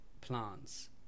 plants